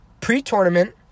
pre-tournament